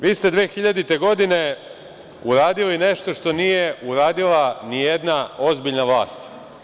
Vi ste 2000. godine uradili nešto što nije uradila ni jedna ozbiljna vlast.